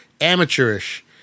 amateurish